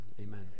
Amen